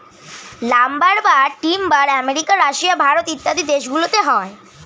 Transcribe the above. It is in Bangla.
লাম্বার বা টিম্বার আমেরিকা, রাশিয়া, ভারত ইত্যাদি দেশ গুলোতে হয়